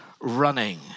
running